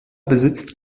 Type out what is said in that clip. besitzt